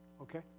Okay